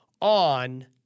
on